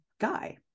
guy